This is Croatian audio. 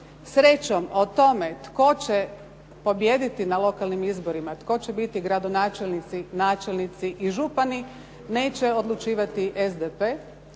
Srećom o tome tko će pobijediti na lokalnim izborima, tko će biti gradonačelnici, načelnici i župani neće odlučivati SDP,